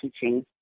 teaching